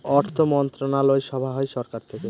অর্থমন্ত্রণালয় সভা হয় সরকার থেকে